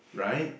right